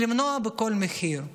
למנוע בכל מחיר.